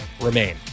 remain